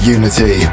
unity